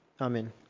Amen